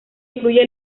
incluye